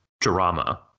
Drama